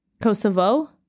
Kosovo